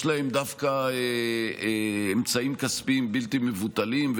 יש להם דווקא אמצעים כספיים בלתי מבוטלים,